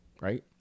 right